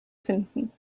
finden